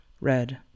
Red